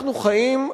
אנחנו חיים,